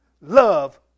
love